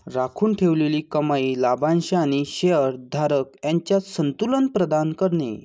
राखून ठेवलेली कमाई लाभांश आणि शेअर धारक यांच्यात संतुलन प्रदान करते